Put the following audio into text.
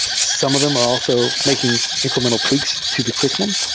some of them are also making incremental tweaks to the curr iculum.